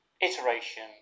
iteration